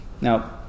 Now